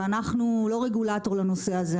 ואנחנו לא רגולטור לנושא הזה,